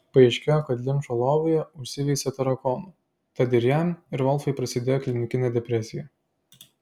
paaiškėjo kad linčo lovoje užsiveisė tarakonų tad ir jam ir volfui prasidėjo klinikinė depresija